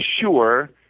sure